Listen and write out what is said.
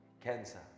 cancer